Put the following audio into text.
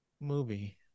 movie